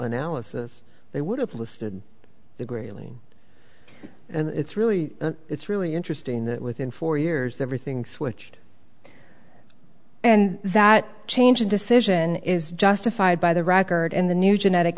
analysis they would have listed the greeley and it's really it's really interesting that within four years everything switched and that change decision is justified by the record and the new genetic